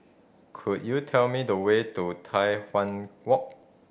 could you tell me the way to Tai Hwan Walk